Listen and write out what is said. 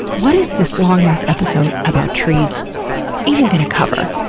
what is this long-ass episode about trees even gonna cover?